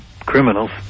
criminals